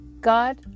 God